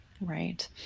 Right